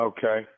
Okay